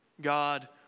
God